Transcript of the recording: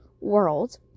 world